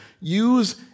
Use